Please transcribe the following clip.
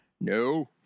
No